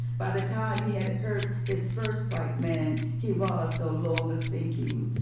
by the time he had hurt his first white man he was no longer thinking.